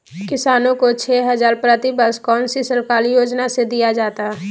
किसानों को छे हज़ार प्रति वर्ष कौन सी सरकारी योजना से दिया जाता है?